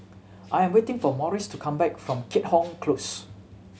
I'm waiting for Morris to come back from Keat Hong Close